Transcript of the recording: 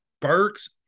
Burks